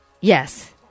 Yes